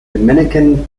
dominican